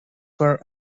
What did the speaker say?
were